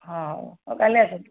ହଁ ଆଉ କାଲି ଆସନ୍ତୁ